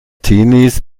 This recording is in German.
teenies